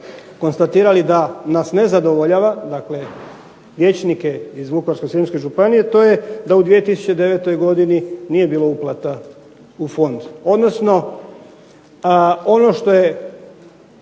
konstatirali da nas ne zadovoljava, dakle vijećnike iz Vukovarsko-srijemske županije, to je da u 2009. godini nije bilo uplata u fond, odnosno ono što je